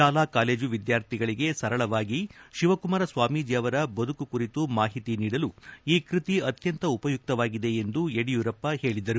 ಶಾಲಾ ಕಾಲೇಜು ವಿದ್ವಾರ್ಥಿಗಳಿಗೆ ಸರಳವಾಗಿ ಶಿವಕುಮಾರ ಸ್ವಾಮೀಜಿ ಅವರ ಬದುಕು ಕುರಿತು ಮಾಹಿತಿ ನೀಡಲು ಈ ಕೃತಿ ಅತ್ತಂತ ಉಪಯುಕ್ತವಾಗಿದೆ ಎಂದು ಯಡಿಯೂರಪ್ಪ ಹೇಳಿದರು